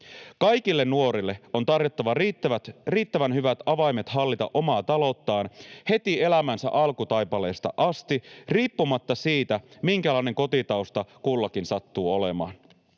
Kaikille nuorille on tarjottava riittävän hyvät avaimet hallita omaa talouttaan heti elämänsä alkutaipaleesta asti riippumatta siitä, minkälainen kotitausta kullakin sattuu olemaan.